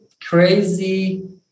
crazy